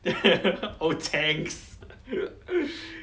oh thanks